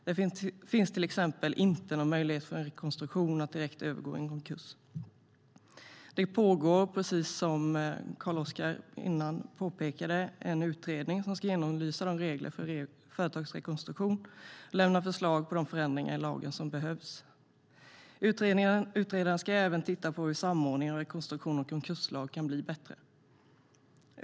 Det finns till exempel inte någon möjlighet för en rekonstruktion att direkt övergå i en konkurs. Det pågår, precis som Carl-Oskar Bohlin påpekade, en utredning som ska genomlysa reglerna för företagsrekonstruktion och lämna förslag på de förändringar i lagen som behövs. Utredaren ska även titta på hur samordning av rekonstruktion och konkurslag kan bli bättre.